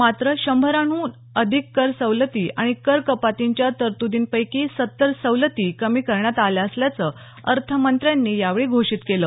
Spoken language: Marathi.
मात्र शंभराहन अधिक कर सवलती आणि कर कपातींच्या तरतूदींपैकी सत्तर सवलती कमी करण्यात आल्या असल्याचं अर्थमंत्र्यांनी यावेळी घोषित केलं